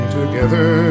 together